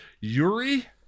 Yuri